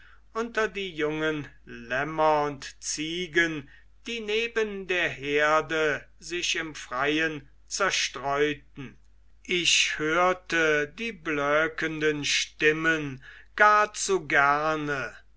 unter die jungen lämmer und ziegen die neben der herde sich im freien zerstreuten ich hörte die blökenden stimmen gar zu gerne